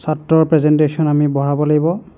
ছাত্ৰৰ প্ৰেজেনটেশ্যন আমি বঢ়াব লাগিব